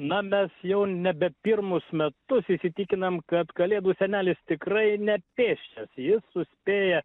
na mes jau nebe pirmus metus įsitikinam kad kalėdų senelis tikrai nepėsčias jis suspėja